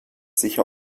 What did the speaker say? sicher